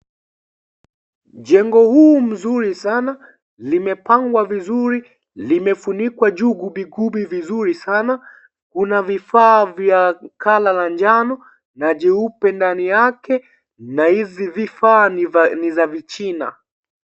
Jengo huu mzuri sana limepangwa vizuri, limefunikwa juu gubigubi vizuri sana. Kuna vifaa vya kala manjano na jeupe ndani yake na hizi vifaa ni za vichina.